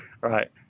right